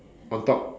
on top